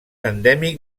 endèmic